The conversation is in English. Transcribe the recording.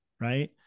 right